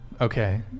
okay